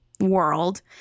world